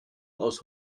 aus